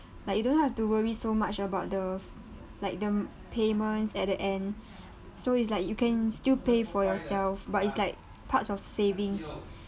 like you don't have to worry so much about the like the payments at the end so it's like you can still pay for yourself but it's like parts of savings